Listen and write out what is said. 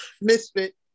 Misfit